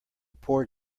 poor